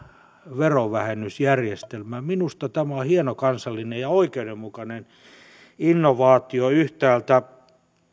verovähennysjärjestelmän minusta tämä on hieno kansallinen ja oikeudenmukainen innovaatio yhtäältä